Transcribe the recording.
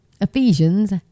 ephesians